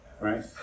right